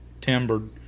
timbered